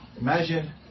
imagine